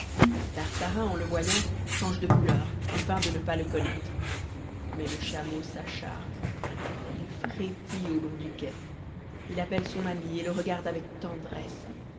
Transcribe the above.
tartarin en le voyant change de couleur et feint de ne pas le connaître mais le chameau s'acharne il frétille au long du quai il appelle son ami et le regarde avec tendresse